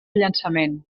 llançament